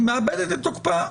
מאבדת את תוקפה.